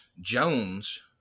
Jones